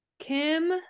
Kim